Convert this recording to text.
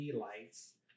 lights